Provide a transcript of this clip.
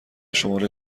شماره